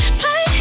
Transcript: play